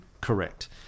correct